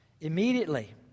Immediately